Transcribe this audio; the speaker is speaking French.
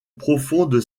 profonde